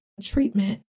treatment